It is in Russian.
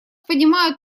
понимают